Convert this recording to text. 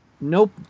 Nope